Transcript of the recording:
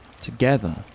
together